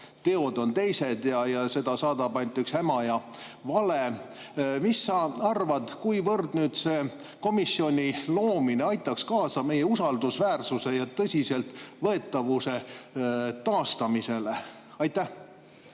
teod on teised, ja seda saadab ainult üks häma ja vale. Mis sa arvad, kuivõrd see komisjoni loomine aitaks kaasa meie usaldusväärsuse ja tõsiseltvõetavuse taastamisele? Aitäh!